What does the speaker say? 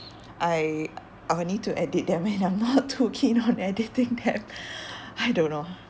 I I would need to edit them and I'm not too keen on editing them I don't know